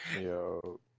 Yo